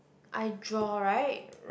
I draw right